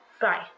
Bye